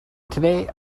today